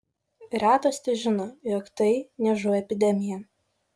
retas težino jog tai niežų epidemija